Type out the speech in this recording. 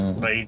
Right